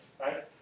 Right